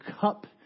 cup